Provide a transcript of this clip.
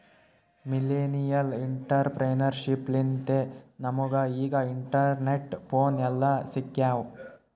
millennial entrepreneurship ಲಿಂತೆ ನಮುಗ ಈಗ ಇಂಟರ್ನೆಟ್, ಫೋನ್ ಎಲ್ಲಾ ಸಿಕ್ಯಾವ್